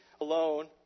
alone